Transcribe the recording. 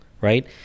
right